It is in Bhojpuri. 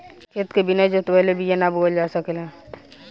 खेत के बिना जोतवले बिया ना बोअल जा सकेला